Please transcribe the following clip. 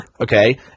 okay